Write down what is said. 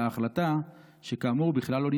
על ההחלטה שכאמור בכלל לא נתקבלה.